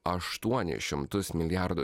aštuonis šimtus milijardų